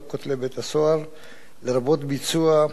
לרבות ביצוע הונאות תוך שימוש בטלפון,